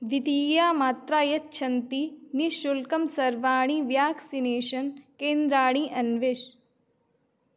द्वितीयामात्रायच्छन्ति निश्शुल्कं सर्वाणि व्याक्सिनेषन् केन्द्राणि अन्विष